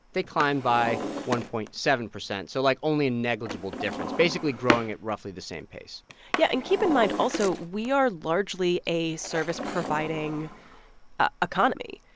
they climbed by one point seven zero so, like, only a negligible difference, basically growing at roughly the same pace yeah. and keep in mind, also, we are largely a service-providing ah economy.